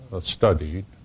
studied